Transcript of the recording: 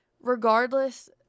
regardless